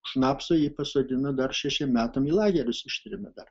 šnapso jį pasodino dar šešiem metam į lagerius ištrėmė dar